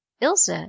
Ilse